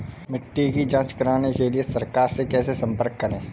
मिट्टी की जांच कराने के लिए सरकार से कैसे संपर्क करें?